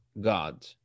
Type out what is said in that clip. God